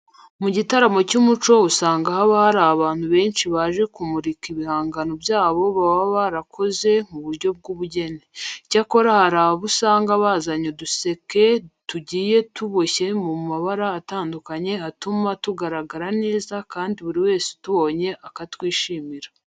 Mu gitaramo cy'umuco usanga haba hari abantu benshi baje kumurika ibihangano byabo baba barakoze mu buryo bw'ubugeni. Icyakora hari abo usanga bazanye uduseke tugiye tuboshye mu mabara atandukanye atuma tugaragara neza kandi buri wese utubonye akatwishimira.